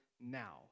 now